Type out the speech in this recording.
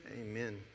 Amen